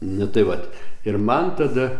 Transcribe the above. niu tai vat ir man tada